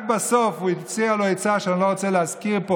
רק בסוף הוא הציע לו עצה שאני לא רוצה להזכיר פה,